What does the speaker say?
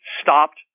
stopped